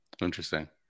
Interesting